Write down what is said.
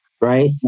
right